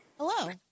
Hello